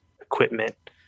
equipment